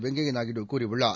வெங்கைய நாயுடு கூறியுள்ளார்